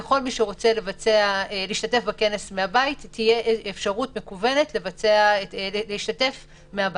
לכל מי שרוצה להשתתף בכנס מהבית תהיה אפשרות מקוונת להשתתף מהבית.